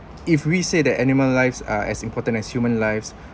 if we say that animal lives are as important as human lives